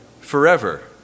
forever